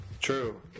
True